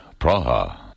Praha